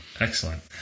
Excellent